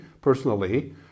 personally